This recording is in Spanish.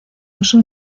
uso